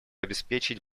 обеспечить